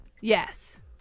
Yes